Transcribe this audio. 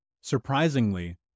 Surprisingly